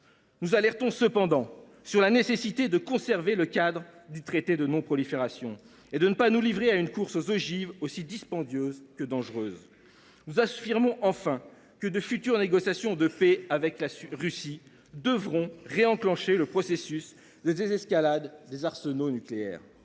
nous alertons sur la nécessité de conserver le cadre du traité de non prolifération et de ne pas nous livrer à une course aux ogives qui serait aussi dispendieuse que dangereuse. Les futures négociations de paix avec la Russie devront réenclencher le processus de désescalade des arsenaux nucléaires.